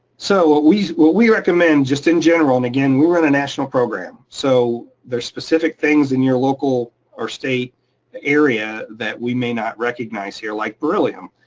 so what we what we recommend just in general, and again, we run a national program. so there's specific things in your local or state area that we may not recognize here like beryllium.